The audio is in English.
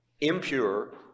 impure